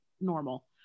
normal